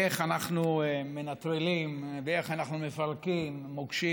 על איך אנחנו מנטרלים ואיך אנחנו מפרקים מוקשים